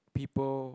people